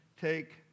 take